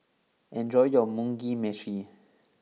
enjoy your Mugi Meshi